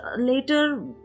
later